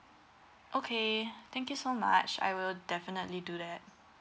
okay thank you so much I will definitely do that